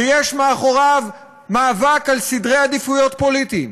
ויש מאחוריו מאבק על סדרי עדיפויות פוליטיים.